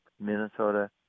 Minnesota